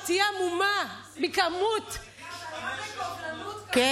את תהיי המומה מכמות, מה זה, כן.